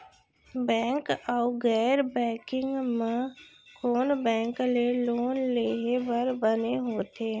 Bank अऊ गैर banking म कोन बैंक ले लोन लेहे बर बने होथे?